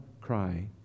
cry